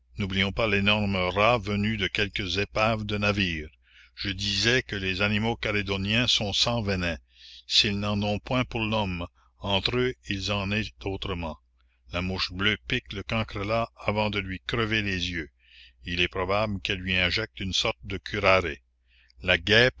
n'oublions pas l'énorme rat venu de quelques épaves de navires je disais que les animaux calédoniens sont sans venin s'ils n'en ont point pour l'homme entre eux il en est autrement la mouche bleue pique le cancrelat avant de lui crever les yeux il est probable qu'elle lui injecte une sorte de curare la guêpe